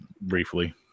briefly